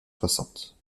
soixante